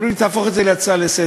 אומרים לי: תהפוך את זה להצעה לסדר.